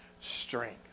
strength